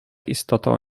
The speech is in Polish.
istotą